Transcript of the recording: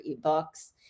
ebooks